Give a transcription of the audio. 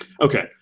Okay